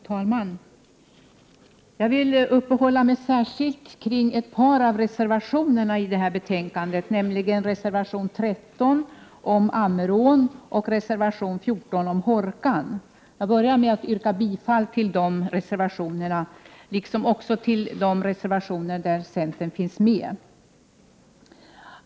Fru talman! Jag vill uppehålla mig särskilt kring ett par av reservationerna till det här betänkandet, nämligen reservation 13 om Ammerån och reservation 14 om Hårkan. Jag börjar med att yrka bifall till de reservationerna liksom till övriga reservationer där centern finns med.